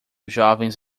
jovens